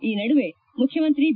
ಈ ನಡುವೆ ಮುಖ್ಣಮಂತ್ರಿ ಬಿ